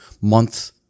month